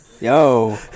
Yo